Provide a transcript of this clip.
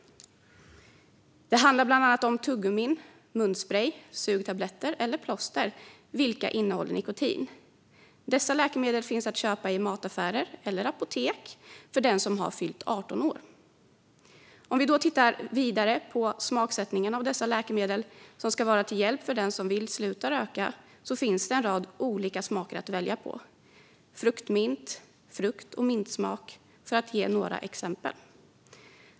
Det handlar bland annat om tuggummin, munspray, sugtabletter och plåster, vilka innehåller nikotin. Dessa läkemedel finns att köpa i mataffärer och apotek för den som har fyllt 18 år. Om man tittar vidare på smaksättningen av dessa läkemedel som ska vara till hjälp för den som vill sluta röka finns det en rad olika smaker att välja mellan - fruktmint, frukt och mint, för att ge några exempel.